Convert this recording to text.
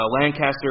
Lancaster